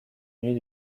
nuit